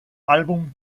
album